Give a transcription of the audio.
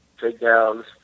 takedowns